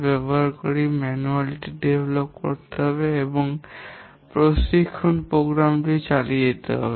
ব্যবহারকারীর ম্যানুয়ালটি বিকাশ করতে হবে এবং প্রশিক্ষণ প্রোগ্রামটি চালিয়ে যেতে হবে